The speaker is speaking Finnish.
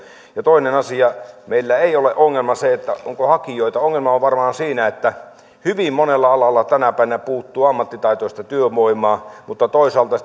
ja toinen asia meillä ei ole ongelma se onko hakijoita ongelma on varmaan siinä että hyvin monella alalla tänä päivänä puuttuu ammattitaitoista työvoimaa mutta toisaalta